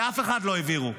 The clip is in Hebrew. לאף אחד לא העבירו.